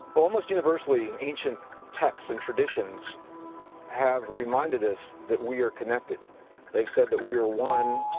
almost universally ancient texts and traditions have reminded us that we are connected they've said that we are one,